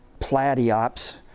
Platyops